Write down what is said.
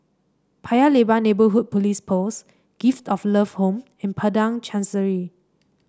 Paya Lebar Neighbourhood Police Post Gift of Love Home and Padang Chancery